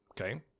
Okay